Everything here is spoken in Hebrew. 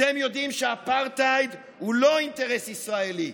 אתם יודעים שאפרטהייד הוא לא אינטרס ישראלי.